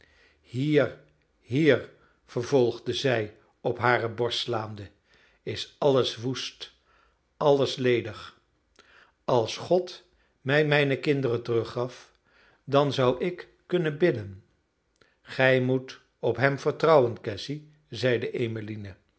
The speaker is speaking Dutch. hier hier vervolgde zij op hare borst slaande is alles woest alles ledig als god mij mijne kinderen teruggaf dan zou ik kunnen bidden gij moet op hem vertrouwen cassy zeide